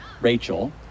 Rachel